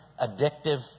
addictive